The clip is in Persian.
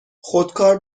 خودکار